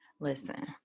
listen